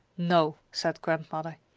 no, said grandmother.